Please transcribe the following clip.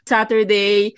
Saturday